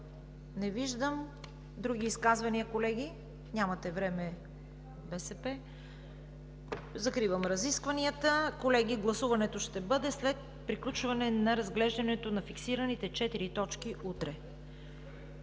Не виждам. Други изказвания, колеги? Нямате време от БСП. Закривам разискванията. Колеги, гласуването ще бъде след приключване на разглеждането на фиксираните четири точки утре.